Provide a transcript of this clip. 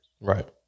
Right